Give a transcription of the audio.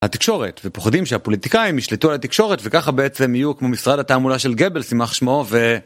התקשורת, ופוחדים שהפוליטיקאים ישלטו על התקשורת וככה בעצם יהיו כמו משרד התעמולה של גבלס, שימח שמו ו...